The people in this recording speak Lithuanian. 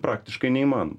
praktiškai neįmanoma